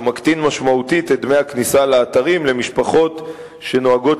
שמקטין משמעותית את דמי הכניסה לאתרים למשפחות שנוהגות